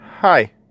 Hi